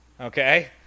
okay